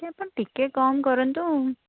ଟିକିଏ ଆପଣ ଟିକିଏ କମ୍ କରନ୍ତୁ